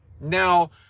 Now